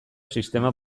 sistema